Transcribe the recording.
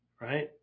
Right